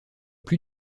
plus